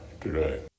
today